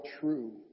true